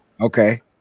Okay